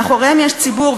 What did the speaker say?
מאחוריהם יש ציבור,